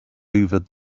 hoovered